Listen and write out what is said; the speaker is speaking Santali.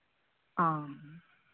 ᱦᱚᱸ